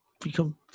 become